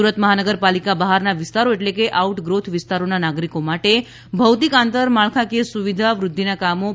સુરત મહાનગરપાલિકા બહારના વિસ્તરોમાં એટલે કે આઉટ ગ્રોથ વિસ્તારોના નાગરિકો માટે ભૌતિક આંતરમાળખાકીય સુવિધા વૃદ્ધિના કામો રૂ